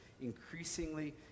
increasingly